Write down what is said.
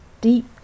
deep